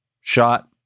shot